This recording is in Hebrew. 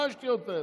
מה השטויות האלה?